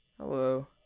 Hello